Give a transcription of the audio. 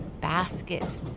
basket